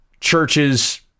churches